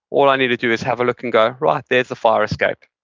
all i need to do is have a look and go, right, there's the fire escape.